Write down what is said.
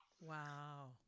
Wow